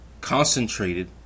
concentrated